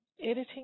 editing